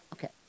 Okay